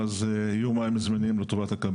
יש כאן הרבה